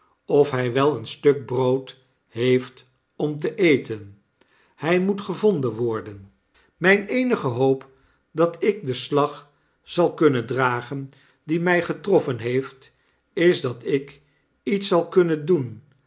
lydt ofhy wel een stuk brood heeft om te eten hij moet gevonden worden mijne eenige hoop dat ik den slag zal kunnen dragen die my getroffen heeft is dat ik iets zal kunnen doen